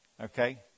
Okay